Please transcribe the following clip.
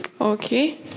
Okay